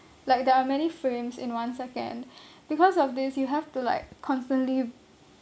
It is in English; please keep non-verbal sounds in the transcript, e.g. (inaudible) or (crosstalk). like there are many frames in one second (breath) because of this you have to like constantly